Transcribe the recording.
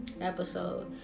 episode